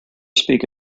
speak